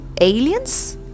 Aliens